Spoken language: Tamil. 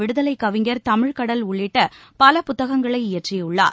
விடுதலை கவிஞர் தமிழ் கடல் உள்ளிட்ட பல புத்தகங்களை இயற்றியுள்ளார்